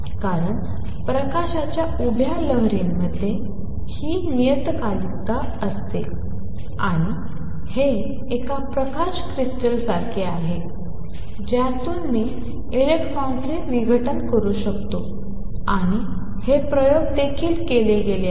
कारण प्रकाशाच्या उभ्या लहरीमध्ये ही नियतकालिकता असते आणि हे एका प्रकाश क्रिस्टलसारखे आहे ज्यातून मी इलेक्ट्रॉन्सचे विघटन करू शकतो आणि हे प्रयोग देखील केले गेले आहेत